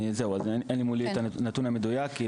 אז זהו, אין מולי את הנתון המדויק.